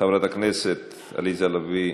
חברת הכנסת עליזה לביא,